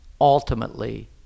ultimately